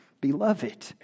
Beloved